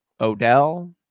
Odell